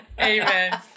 Amen